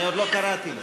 אני עוד לא קראתי לו.